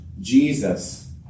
Jesus